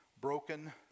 broken